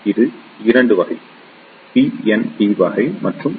இது 2 வகை பிஎன்பி வகை மற்றும் என்